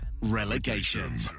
relegation